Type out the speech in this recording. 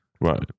Right